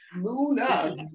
Luna